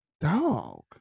Dog